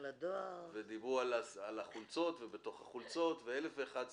דיברו גם על החולצות ועוד אלף ואחת סיבות.